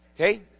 Okay